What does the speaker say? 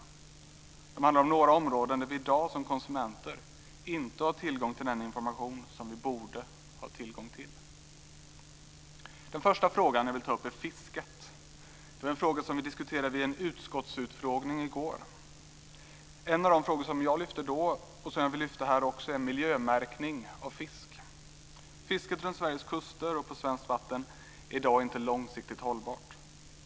Reservationerna handlar om några områden där vi som konsumenter i dag inte har tillgång till den information som vi borde ha tillgång till. Den första frågan som jag vill ta upp gäller fisket. Detta diskuterades vid en utskottsutfrågning i går. En av de frågor som jag då lyfte fram och som jag vill lyfta fram också här är frågan om miljömärkning av fisk. Fisket längs Sveriges kuster och på svenskt vatten är i dag inte långsiktigt hållbart.